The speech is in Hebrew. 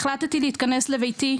החלטתי להתכנס לביתי,